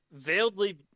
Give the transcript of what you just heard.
veiledly